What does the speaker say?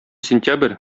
сентябрь